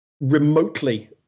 remotely